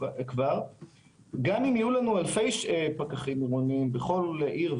גם אם יהיו לנו אלפי פקחים עירוניים בכל עיר,